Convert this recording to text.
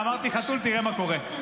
אמרתי חתול, תראה מה קורה.